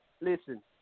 listen